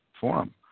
forum